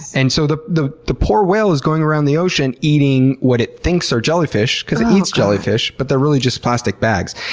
and so the the poor whale is going around the ocean eating what it thinks are jellyfish, because it eats jellyfish, but they're really just plastic bags.